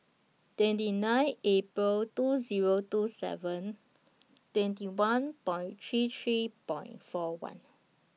twenty nine April two Zero two seven twenty one Point three three Point four one